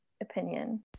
opinion